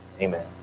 amen